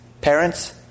Parents